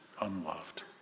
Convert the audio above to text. unloved